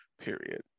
period